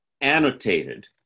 annotated